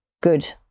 good